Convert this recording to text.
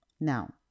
Now